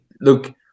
look